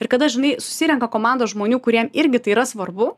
ir kada žinai susirenka komandos žmonių kuriem irgi tai yra svarbu